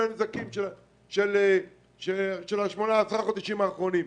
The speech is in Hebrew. הנזקים של השמונה-עשרה חודשים האחרונים?